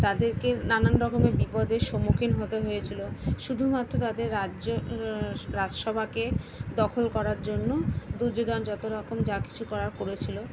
তাদেরকে নানান রকমের বিপদের সম্মুখীন হতে হয়েছিলো শুধুমাত্র তাদের রাজ্য ররাজসভাকে দখল করার জন্য দূর্যোধন যত রকম যা কিছু করার করেছিলো